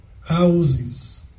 houses